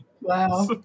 Wow